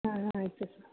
ಹಾಂ ಆಯಿತು ಸರ್